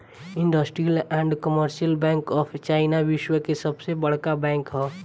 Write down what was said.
industrial and commercial bank of China विश्व की सबसे बड़का बैंक ह